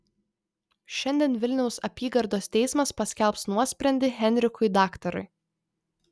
šiandien vilniaus apygardos teismas paskelbs nuosprendį henrikui daktarui